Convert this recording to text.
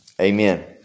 amen